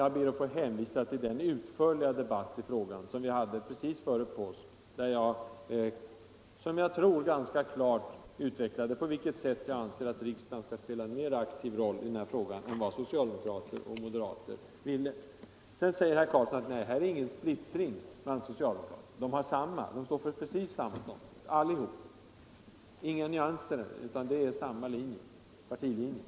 Jag ber att få hänvisa till den utförliga debatt i frågan som vi hade precis före påsk och där jag, som jag tror, ganska klart utvecklade på vilket sätt jag anser att riksdagen skall spela en mer aktiv roll i den här frågan än vad socialdemokrater och moderater ville. Sedan säger herr Karlsson att det inte är någon splittring bland socialdemokraterna. De står för precis samma ståndpunk allihop, inga nyanser utan samma linje — partilinjen.